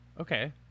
Okay